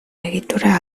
egitura